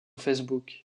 facebook